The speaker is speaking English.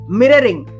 mirroring